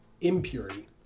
impurity